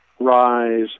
rise